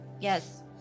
Yes